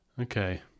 Okay